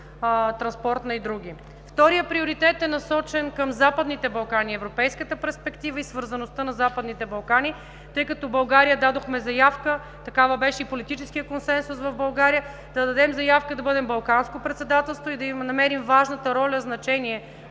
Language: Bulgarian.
тъй като в България дадохме заявка – такъв беше и политическият консенсус в България, да дадем заявка да бъдем Балканско председателство и да намерим важната роля, значение,